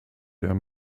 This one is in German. der